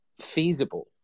feasible